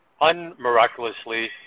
unmiraculously